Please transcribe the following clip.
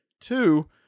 two